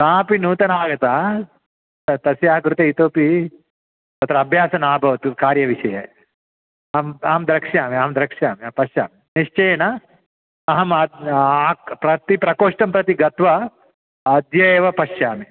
सा अपि नूतना आगता त तस्याः कृते इतोपि तत्र अभ्यासः नाभवत् कार्यविषये अहम् अहं द्रक्ष्यामि द्रक्ष्यामि पश्यामि निश्चयेन अहं प्रति प्रकोष्ठं प्रति गत्वा अद्य एव पश्यामि